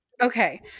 Okay